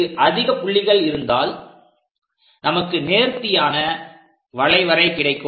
இங்கு அதிக புள்ளிகள் இருந்தால் நமக்கு நேர்த்தியான வளைவரை கிடைக்கும்